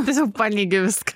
tiesiog paneigi viską